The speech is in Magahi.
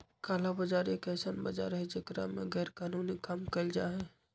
काला बाजार एक ऐसन बाजार हई जेकरा में गैरकानूनी काम कइल जाहई